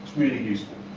really useful.